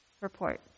report